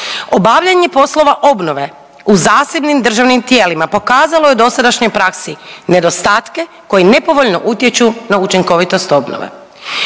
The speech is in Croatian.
Obavljanje poslova obnove u zasebnim državnim tijelima pokazalo je u dosadašnjoj praksi nedostatke koji nepovoljno utječu na učinkovitost obnove.